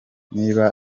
niba